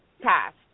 passed